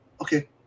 okay